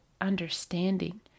understanding